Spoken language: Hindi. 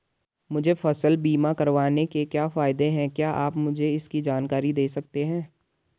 मुझे फसल बीमा करवाने के क्या फायदे हैं क्या आप मुझे इसकी जानकारी दें सकते हैं?